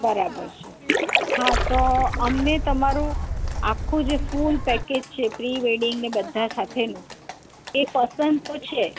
બરાબર છે હા તો અમને તમારું આખું જે ફૂલ પેકેજ પ્રીવેડિંગ ને બધાં સાથેનું એ પસંદ તો છે